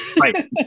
Right